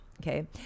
okay